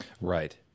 Right